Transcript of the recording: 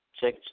Check